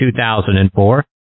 2004